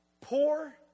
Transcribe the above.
Poor